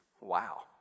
wow